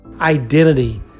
Identity